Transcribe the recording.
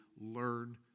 learn